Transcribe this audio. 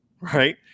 right